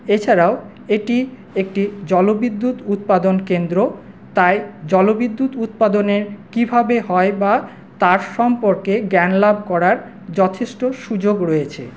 এছাড়াও এটি একটি জলবিদ্যুৎ উৎপাদন কেন্দ্র তাই জলবিদ্যুৎ উৎপাদনের কীভাবে হয় বা তার সম্পর্কে জ্ঞান লাভ করার যথেষ্ট সুযোগ রয়েছে